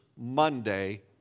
Monday